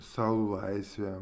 sau laisvę